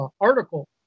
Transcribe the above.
article